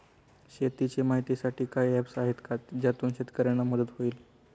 शेतीचे माहितीसाठी काही ऍप्स आहेत का ज्यातून शेतकऱ्यांना मदत होईल?